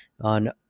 on